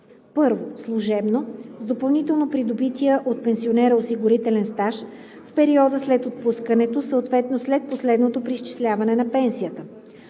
1. служебно – с допълнително придобития от пенсионера осигурителен стаж в периода след отпускането, съответно след последното преизчисляване на пенсията;